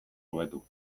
hobetu